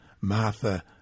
Martha